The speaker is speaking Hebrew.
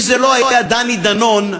אם זה לא היה דני דנון,